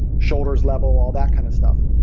shoulders level all that kind of stuff,